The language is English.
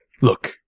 Look